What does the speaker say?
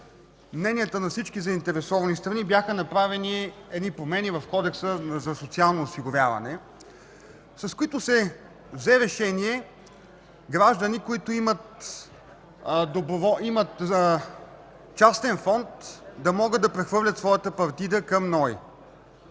мненията на всички заинтересовани страни, бяха направени промени в Кодекса за социално осигуряване, с които се взе решение граждани, които имат вноски в частни фондове, да могат да прехвърлят своята партида към НОИ.